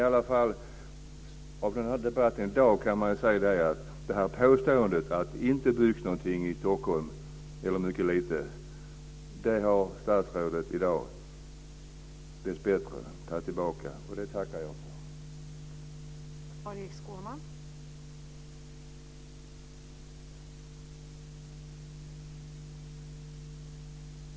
I den här debatten i dag har statsrådet dessbättre tagit tillbaka påståendet att det inte byggs någonting eller mycket lite i Stockholm, och det tackar jag för.